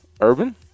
Urban